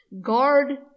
Guard